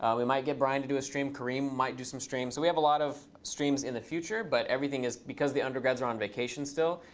we might get brian to do a stream. kareem might do some streams. so we have a lot of streams in the future. but everything is because the undergrads are on vacation still,